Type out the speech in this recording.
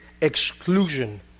exclusion